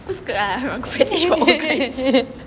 aku suka ah aku fetish for old guys